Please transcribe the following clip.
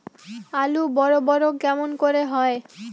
আলু বড় বড় কেমন করে হয়?